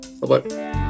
Bye-bye